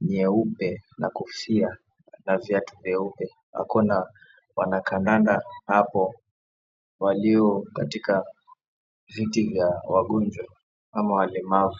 nyeupe na kofia na viatu vyeupe. Aki wanakandana hapo walio katika viti vya wagonjwa ama walemavu.